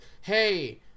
hey